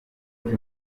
kuri